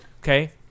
Okay